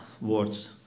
words